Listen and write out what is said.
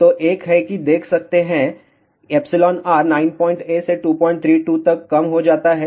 तो एक है कि देख सकते हैं εr 98 से 232 तक कम हो जाता है